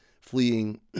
fleeing